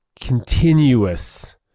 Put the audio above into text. continuous